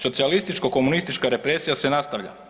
Socijalističko-komunistička represija se nastavlja.